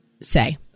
say